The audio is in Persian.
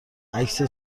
عکس